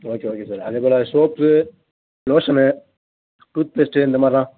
okay okay sir அதே போல் soap lotion tooth paste இந்த மாதிரிலாம்